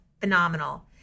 phenomenal